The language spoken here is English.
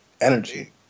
energy